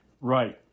Right